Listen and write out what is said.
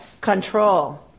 Control